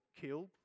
killed